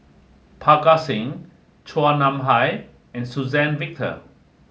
Parga Singh Chua Nam Hai and Suzann Victor